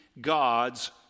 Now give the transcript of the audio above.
God's